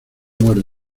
muerde